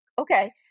okay